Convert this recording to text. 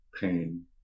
pain